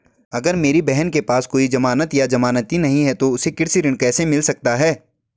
अगर मेरी बहन के पास कोई जमानत या जमानती नहीं है तो उसे कृषि ऋण कैसे मिल सकता है?